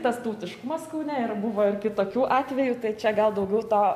tas tautiškumas kaune ir buvo ir kitokių atvejų tai čia gal daugiau to